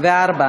ו-4